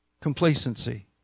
complacency